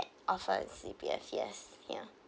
offers on C_P_F yes ya